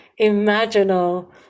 imaginal